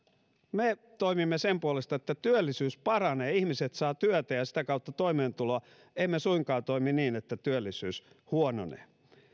me toimimme sen puolesta että työllisyys paranee ja ihmiset saavat työtä ja sitä kautta toimeentuloa emme suinkaan toimi niin että työllisyys huononee